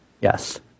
Yes